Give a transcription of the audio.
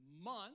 month